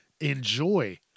enjoy